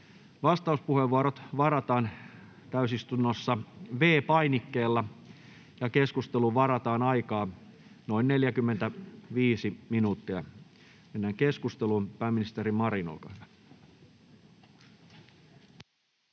Vastauspuheenvuorot varataan täysistunnossa V-painikkeella. Keskusteluun varataan aikaa noin 45 minuuttia. — Mennään keskusteluun. Pääministeri Marin, olkaa hyvä.